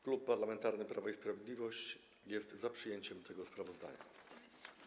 Klub Parlamentarny Prawo i Sprawiedliwość jest za przyjęciem tego sprawozdania.